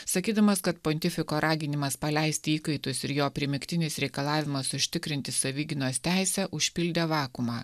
sakydamas kad pontifiko raginimas paleisti įkaitus ir jo primygtinis reikalavimas užtikrinti savigynos teisę užpildė vakuumą